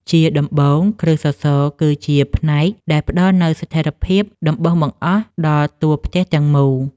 ជាដំបូង គ្រឹះសសរគឺជាផ្នែកដែលផ្ដល់នូវស្ថិរភាពដំបូងបង្អស់ដល់តួផ្ទះទាំងមូល។